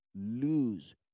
lose